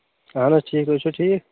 اہَن حظ ٹھیٖک تُہۍ چھِو ٹھیٖک